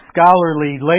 scholarly